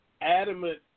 adamant